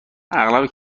اغلب